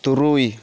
ᱛᱩᱨᱩᱭ